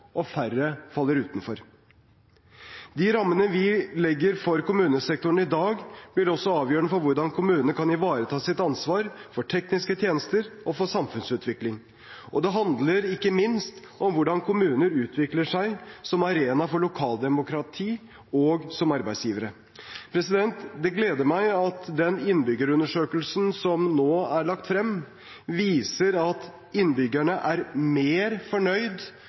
og færre faller utenfor. De rammene vi legger for kommunesektoren i dag, blir også avgjørende for hvordan kommunene kan ivareta sitt ansvar for tekniske tjenester og for samfunnsutvikling. Og det handler ikke minst om hvordan kommunene utvikler seg som arena for lokaldemokrati og som arbeidsgivere. Det gleder meg at den innbyggerundersøkelsen som nå er lagt frem, viser at innbyggerne er mer fornøyd